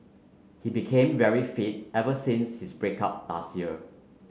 he became very fit ever since his break up last year